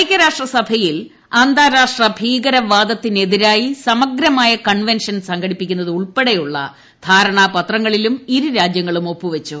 ഐക്യരാഷ്ട്രസഭയിൽ അന്താരാഷ്ട്ര ഭീകരവാദത്തിനെതിരായി സമഗ്രമായ കൺവെൻഷൻ സംഘടിപ്പിക്കുന്നത് ഉൾപ്പെടെയുള്ള ധാരണാപത്രങ്ങളിലും ഇരുരാജ്യങ്ങളും ഒപ്പുവച്ചു